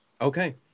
Okay